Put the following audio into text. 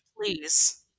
please